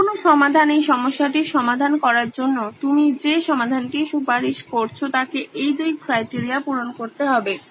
যেকোনো সমাধান এই সমস্যাটি সমাধান করার জন্য তুমি যে সমাধানটি সুপারিশ করছো তাকে এই দুই ক্রাইটেরিয়া পূরণ করতে হবে